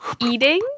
Eating